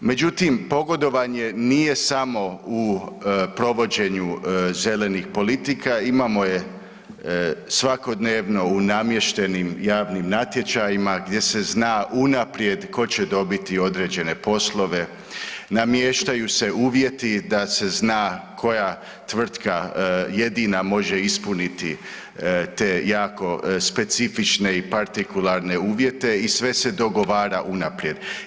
Međutim, pogodovanje nije samo u provođenju zelenih politika, imamo je svakodnevno u namještenim javnim natječajima gdje se zna unaprijed tko će dobiti određene poslove, namještaju se uvjeti da se zna koja tvrtka jedina može ispuniti te jako specifične i partikularne uvjete i sve se dogovara unaprijed.